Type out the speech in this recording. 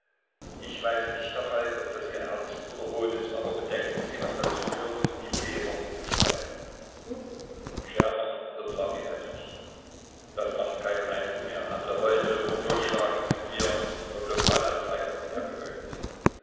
ich weiß nicht herr falk ob das ihr ernst oder hohn ist aber bedenken sie was dazu gehört die weber zu schreiben schermer unterbrach ihn heftig das macht keinen eindruck mehr an revolten und totschlagen sind wir vom lokal anzeiger her